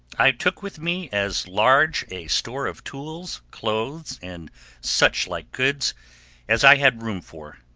i took with me as large a store of tools, clothes, and such like goods as i had room for,